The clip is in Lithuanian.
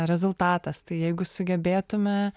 rezultatas tai jeigu sugebėtume